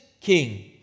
King